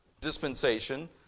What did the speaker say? dispensation